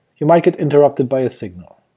you might get interrupted by a signal.